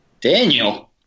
Daniel